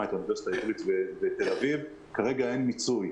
את האוניברסיטה העברית ואת תל אביב כרגע אין מיצוי.